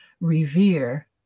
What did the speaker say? revere